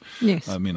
Yes